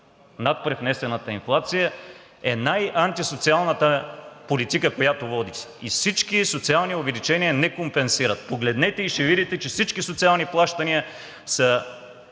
над привнесената инфлация, е най-антисоциалната политика, която водите, и всички социални увеличения не компенсират. Погледнете и ще видите, че всички социални плащания са